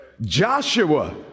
Joshua